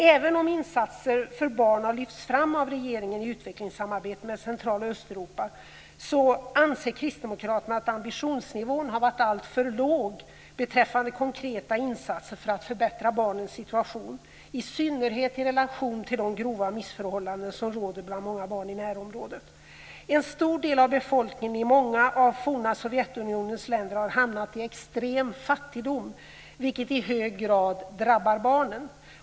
Även om vikten av insatser för barn har lyfts fram av regeringen i utvecklingssamarbetet med Centraloch Östeuropa, anser Kristdemokraterna att ambitionsnivån har varit alltför låg beträffande konkreta insatser för att förbättra barnens situation, i synnerhet i relation till de grova missförhållanden som råder bland många barn i närområdet. Sovjetunionens länder har hamnat i extrem fattigdom, vilket i hög grad drabbar barnen.